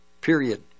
Period